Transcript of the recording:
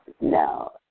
No